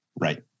Right